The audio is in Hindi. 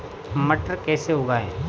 मटर कैसे उगाएं?